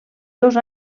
dos